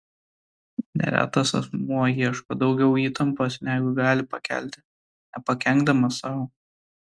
neretas asmuo ieško daugiau įtampos negu gali pakelti nepakenkdamas sau